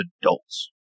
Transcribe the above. adults